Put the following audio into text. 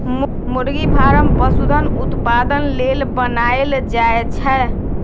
मुरगि फारम पशुधन उत्पादन लेल बनाएल जाय छै